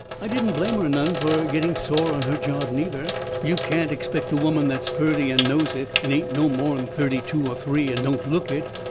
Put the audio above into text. i didn't blame her none fur getting sore on her job, neither. you can't expect a woman that's purty, and knows it, and ain't no more'n thirty-two or three, and don't look it,